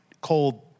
cold